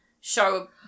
show